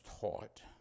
taught